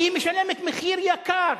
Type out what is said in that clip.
תעבור